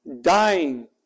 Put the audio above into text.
dying